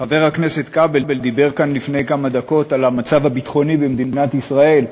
חבר הכנסת כבל דיבר כאן לפני כמה דקות על המצב הביטחוני במדינת ישראל,